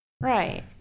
Right